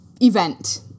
event